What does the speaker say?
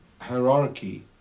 hierarchy